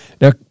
Now